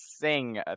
sing